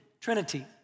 Trinity